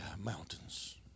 mountains